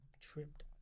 tripped